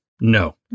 No